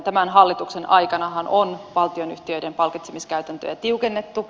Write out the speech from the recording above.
tämän hallituksen aikanahan on valtionyhtiöiden palkitsemiskäytäntöjä tiukennettu